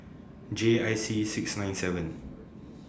J I C six nine seven